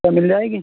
تو مل جائے گی